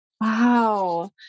Wow